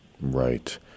Right